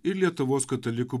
ir lietuvos katalikų